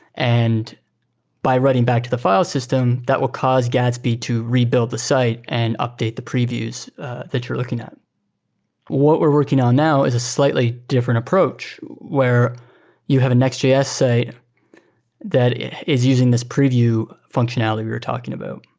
and by writing back to the file system, that will cause gatsby to rebuild the site and update the previews that you're looking at what we're working on now is a slightly different approach, where you have a nextjs side and that is using this preview functionality we were talking about.